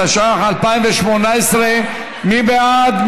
התשע"ח 2018. מי בעד?